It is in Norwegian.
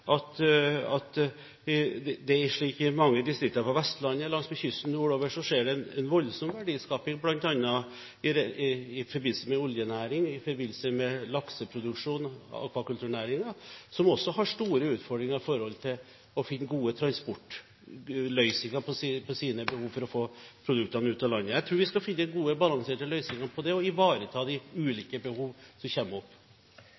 kysten nordover skjer en voldsom verdiskaping bl.a. i forbindelse med oljenæringen og i forbindelse med lakseproduksjon og akvakulturnæringen, som også har store utfordringer i forhold til å finne gode transportløsninger på sine behov for å få produktene ut av landet. Jeg tror vi skal finne gode, balanserte løsninger på dette og ivareta de ulike behov som kommer opp.